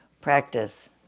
practice